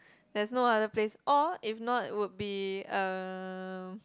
there's no other place or if not it would be uh